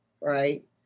right